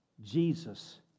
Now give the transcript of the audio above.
Jesus